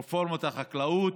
רפורמת החקלאות.